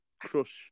crush